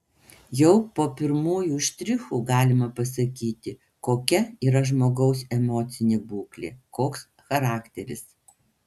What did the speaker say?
jau po pirmųjų štrichų galima pasakyti kokia yra žmogaus emocinė būklė koks charakteris